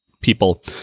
people